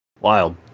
Wild